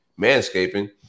manscaping